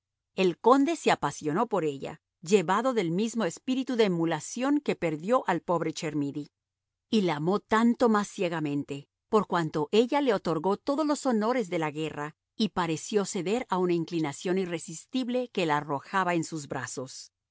el conde se apasionó por ella llevado del mismo espíritu de emulación que perdió al pobre chermidy y la amó tanto más ciegamente por cuanto ella le otorgó todos los honores de la guerra y pareció ceder a una inclinación irresistible que la arrojaba en sus brazos